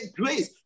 grace